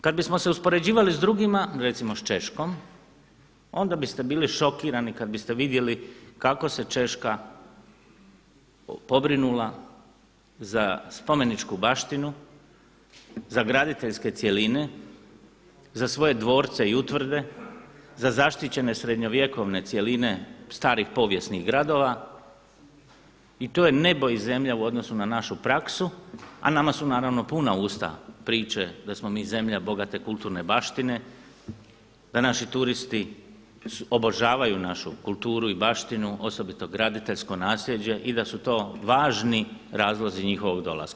Kada bismo se uspoređivali s drugima, recimo s Češkom, onda biste bili šokirani kada biste vidjeli kako se Češka pobrinula za spomeničku baštinu, za graditeljske cjeline, za svoje dvorce i utvrde za zaštićene srednjovjekovne cjeline starih povijesnih gradova i to je nebo i zemlja u odnosu na našu praksu, a nam su naravno puna usta priče da smo mi zemlja bogate kulturne baštine, da naši turisti obožavaju našu kulturu i baštinu osobito graditeljsko naslijeđe i da su to važni razlozi njihovog dolaska.